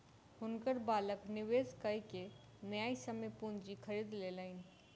हुनकर बालक निवेश कय के न्यायसम्य पूंजी खरीद लेलैन